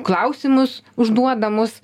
klausimus užduodamus